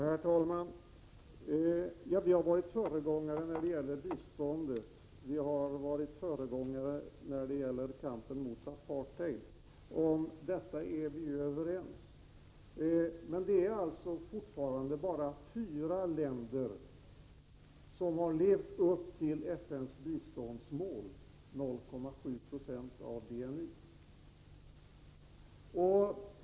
Herr talman! Vi är överens om att Sverige har varit föregångare när det gäller biståndet och när det gäller kampen mot apartheid. Men det är fortfarande bara fyra länder som har levt upp till FN:s biståndsmål 0,7 90 av BNI.